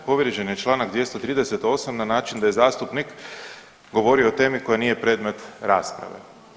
Povrijeđen je čl. 238. na način da je zastupnik govorio o temi koja nije predmet rasprave.